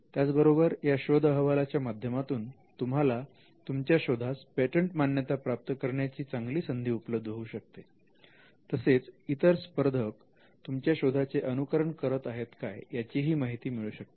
त्याचबरोबर या शोध अहवालाच्या माध्यमातून तुम्हाला तुमच्या शोधास पेटंट मान्यता प्राप्त करण्याची चांगली संधी उपलब्ध होऊ शकते तसेच इतर स्पर्धक तुमच्या शोधाचे अनुकरण करत आहेत काय याचीही माहिती मिळू शकते